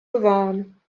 bewahren